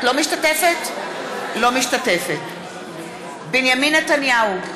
אינה משתתפת בהצבעה בנימין נתניהו,